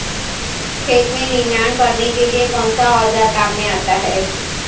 खेत में निनाण करने के लिए कौनसा औज़ार काम में आता है?